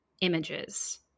images